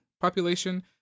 population